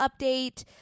update